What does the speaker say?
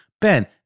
Ben